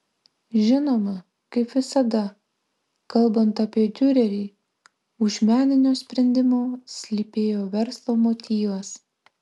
žinoma kaip visada kalbant apie diurerį už meninio sprendimo slypėjo verslo motyvas